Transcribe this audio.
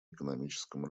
экономическом